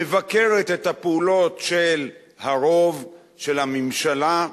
מבקרת את הפעולות של הרוב, של הממשלה,